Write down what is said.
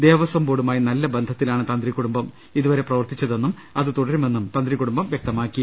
ദേവസ്വം ബോർഡുമായി നല്ല ബന്ധത്തിലാണ് തന്ത്രികുടുംബം ഇതുവരെ പ്രവർത്തിച്ചതെന്നും അത് തുടരുമെന്നും തന്ത്രി കുടുംബം വ്യക്തമാക്കി